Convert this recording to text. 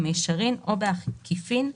במישרין או בעקיפין,